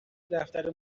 دفتر